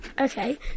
okay